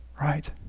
Right